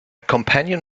companion